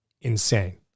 insane